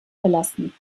verlassen